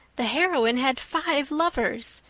the heroine had five lovers.